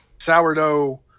sourdough